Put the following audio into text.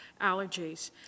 allergies